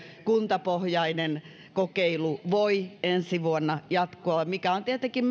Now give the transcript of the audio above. kuntapohjainen kokeilu voi ensi vuonna jatkua mikä on tietenkin